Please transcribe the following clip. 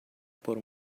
por